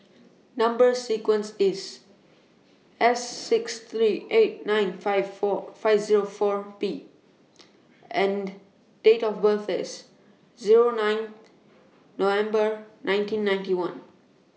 Number sequence IS S six three eight nine five four five Zero four P and Date of birth IS Zero nine November nineteen ninety one